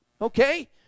okay